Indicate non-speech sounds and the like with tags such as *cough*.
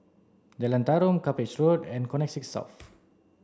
Jalan Tarum Cuppage Road and Connexis South *noise*